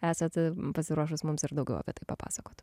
esat pasiruošus mums ir daugiau apie tai papasakoti